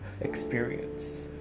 experience